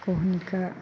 कहुना कऽ